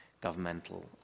governmental